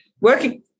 working